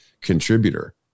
contributor